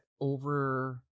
over